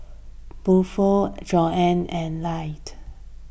Buford Joanna and light